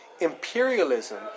Imperialism